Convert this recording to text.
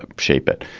ah shape it.